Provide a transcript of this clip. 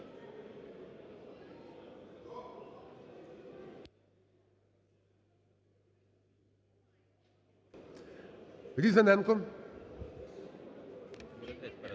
Різаненко.